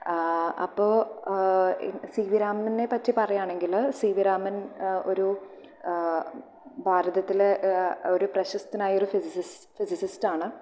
അപ്പോൾ സി വി രാമനെ പറ്റി പറയാണെങ്കിൽ സി വി രാമൻ ഒരു ഭാരതത്തിലെ ഒരു പ്രസ്തനായ ഫിസിസി ഫിസിസിസ്റ് ആണ്